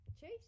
chase